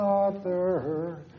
Father